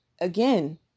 again